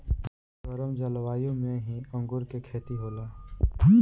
गरम जलवायु में ही अंगूर के खेती होला